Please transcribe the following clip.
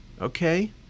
okay